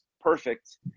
perfect